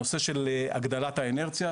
הנושא של הגדלת האינרציה,